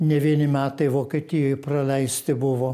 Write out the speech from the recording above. ne vieni metai vokietijoj praleisti buvo